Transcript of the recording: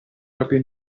proprio